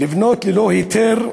לבנות ללא היתר,